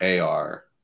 AR